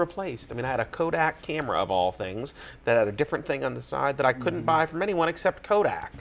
replaced i mean i had a kodak camera of all things that had a different thing on the side that i couldn't buy from anyone except kodak